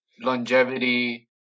longevity